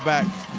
back.